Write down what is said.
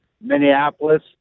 Minneapolis